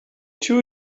too